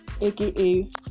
aka